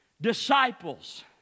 disciples